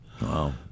Wow